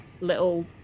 Little